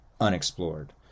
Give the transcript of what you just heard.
unexplored